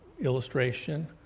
illustration